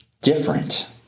different